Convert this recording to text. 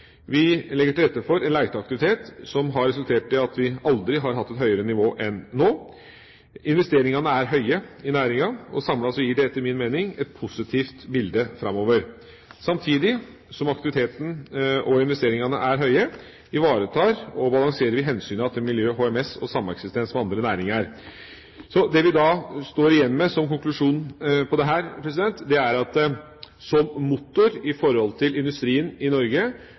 Vi legger til rette for en leteaktivitet som har resultert i at vi aldri har hatt et høyere nivå enn nå. Investeringene er høye i næringa, og samlet gir dette, etter min mening, et positivt bilde framover. Samtidig som aktiviteten og investeringene er høye, ivaretar vi og balanserer hensynene til miljø, HMS og sameksistens med andre næringer. Det vi da står igjen med som konklusjon på dette, er at som motor for industrien i Norge gjør olje- og gassvirksomheten en formidabel jobb. Også i